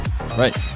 Right